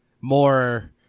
more